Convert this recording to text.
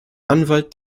anwalt